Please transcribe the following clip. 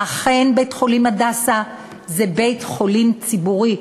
אכן, בית-חולים "הדסה" זה בית-חולים ציבורי,